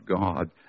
God